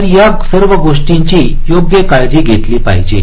तर या सर्व गोष्टींची योग्य काळजी घेतली पाहिजे